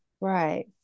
Right